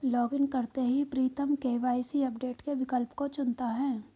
login करते ही Pritam KYC update के विकल्प को चुनता है